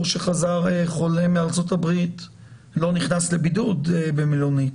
שחזר חולה מארצות הברית לא נכנס לבידוד במלונית.